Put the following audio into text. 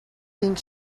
think